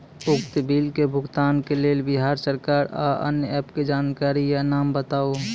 उक्त बिलक भुगतानक लेल बिहार सरकारक आअन्य एप के जानकारी या नाम बताऊ?